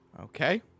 Okay